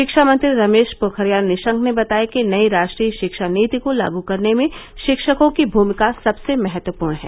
शिक्षा मंत्री रमेश पोखरियाल निशंक ने बताया कि नई राष्ट्रीय शिक्षा नीति को लागू करने में शिक्षकों की भूमिका सबसे महत्वपूर्ण है